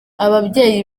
ababyeyi